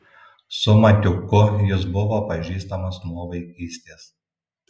su matiuku jis buvo pažįstamas nuo vaikystės